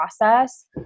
process